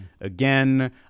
again